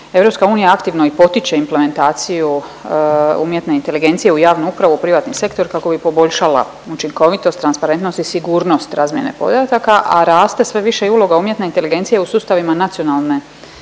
EU aktivno i potiče implementaciju umjetne inteligencije u javnu upravu i u privatni sektor kako bi poboljšala učinkovitost, transparentnost i sigurnost razmjene podataka, a raste sve više i uloga umjetne inteligencije u sustavima nacionalne